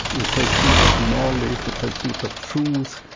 the pursuit of knowledge, the pursuit of truth,